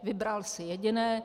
Vybral si jediné.